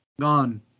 gone